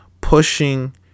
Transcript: pushing